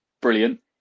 brilliant